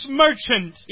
merchant